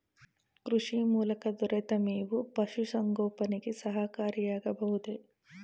ಕೃಷಿ ಮೂಲಕ ದೊರೆತ ಮೇವು ಪಶುಸಂಗೋಪನೆಗೆ ಸಹಕಾರಿಯಾಗಬಹುದೇ?